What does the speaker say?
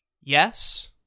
yes